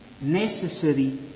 necessary